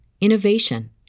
innovation